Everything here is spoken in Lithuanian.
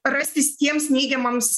rastis tiems neigiamams